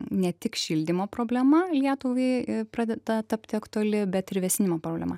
ne tik šildymo problema lietuvai pradeda tapti aktuali bet ir vėsinimo problema